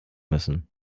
müssen